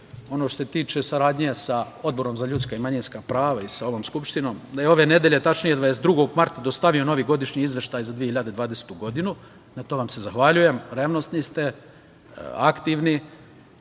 što se tiče saradnje sa Odborom za ljudska i manjinska prava i sa ovom skupštinom, da je ove nedelje, tačnije 22. marta, dostavio novi godišnji Izveštaj za 2020. godinu. Na tome vam se zahvaljujem, revnosni ste, aktivni. To